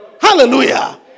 Hallelujah